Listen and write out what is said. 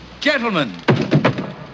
Gentlemen